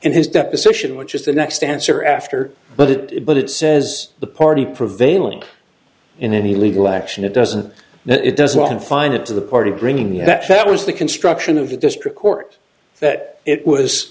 and his deposition which is the next answer after but it but it says the party prevailing in any legal action it doesn't that it doesn't find it to the party bringing that that was the construction of the district court that it was